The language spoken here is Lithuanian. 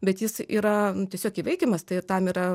bet jis yra tiesiog įveikiamas tai tam yra